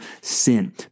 sin